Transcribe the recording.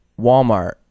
Walmart